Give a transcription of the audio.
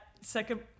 second